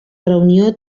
reunió